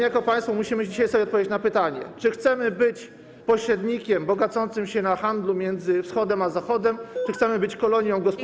Jako państwo musimy dzisiaj sobie odpowiedzieć na pytanie, czy chcemy być pośrednikiem bogacącym się na handlu między Wschodem a Zachodem, czy chcemy być kolonią gospodarczą.